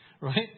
right